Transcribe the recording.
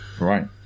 Right